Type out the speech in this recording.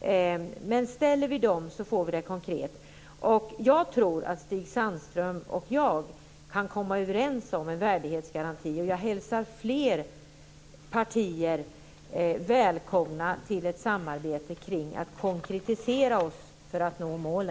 gör att detta blir konkret. Jag tror att Stig Sandström och jag kan komma överens om en värdighetsgaranti, och jag hälsar fler partier välkomna till ett samarbete kring att konkretisera oss för att nå målen.